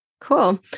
cool